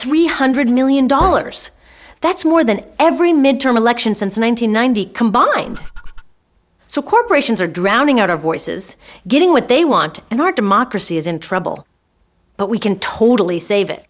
three hundred million dollars that's more than every midterm election since one thousand nine hundred combined so corporations are drowning out our voices getting what they want and our democracy is in trouble but we can totally save it